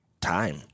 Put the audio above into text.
time